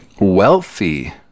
wealthy